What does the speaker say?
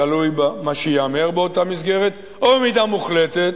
תלוי במה שייאמר באותה מסגרת, או במידה מוחלטת,